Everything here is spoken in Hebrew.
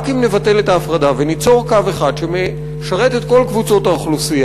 רק אם נבטל את ההפרדה וניצור קו אחד שמשרת את כל קבוצות האוכלוסייה,